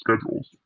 schedules